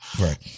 Right